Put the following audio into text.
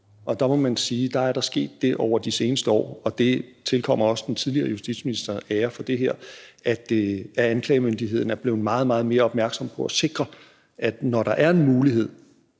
Og der må man sige, at der er sket det over de seneste år – og der tilkommer også den tidligere justitsminister ære for det her – at anklagemyndigheden er blevet meget, meget mere opmærksom på at sikre, når der er en mulighed